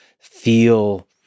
feel